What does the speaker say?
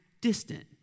distant